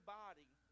body